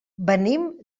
venim